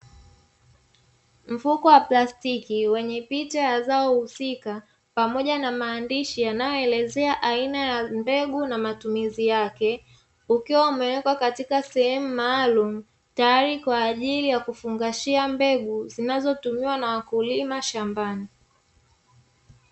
Mfuko wa plastiki wenye picha ya zao husika pamoja na maandishi yanayoelezea aina ya mbegu na matumizi yake ukiwa umewekwa katika sehemu maalumu tayari kwa ajili ya kufungashia mbegu zinazotumiwa na wakulima shambani.